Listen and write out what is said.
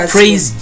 praise